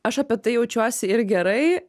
aš apie tai jaučiuosi ir gerai